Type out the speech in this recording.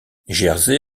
jersey